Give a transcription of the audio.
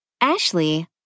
Ashley